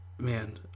man